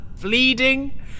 bleeding